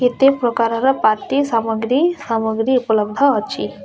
କେତେ ପ୍ରକାରର ପାର୍ଟି ସାମଗ୍ରୀ ସାମଗ୍ରୀ ଉପଲବ୍ଧ ଅଛି